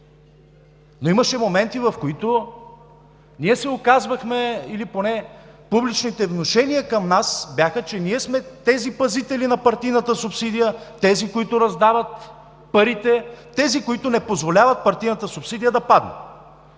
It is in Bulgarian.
Имаше моменти, в които ние се оказвахме или поне публичните внушения към нас бяха, че сме тези пазители на партийната субсидия, тези, които раздават парите, тези, които не позволяват партийната субсидия да падне.